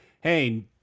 Hey